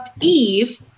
Eve